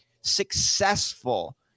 successful